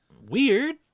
weird